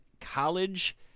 College